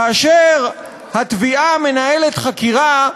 כאשר התביעה מנהלת חקירה,